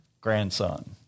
grandson